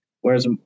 whereas